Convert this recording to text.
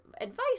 advice